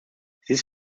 this